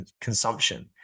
consumption